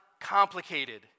complicated